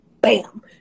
Bam